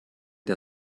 der